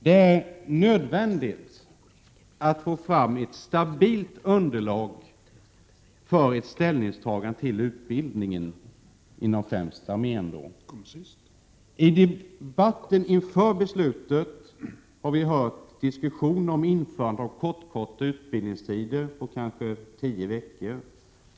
Det är nödvändigt att få fram ett stabilt underlag för ett ställningstagande beträffande utbildningen, främst inom armén. I debatten inför beslutet har vi hört diskussioner om införande av kort-korta utbildningstider på kanske tio veckor.